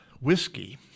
whiskey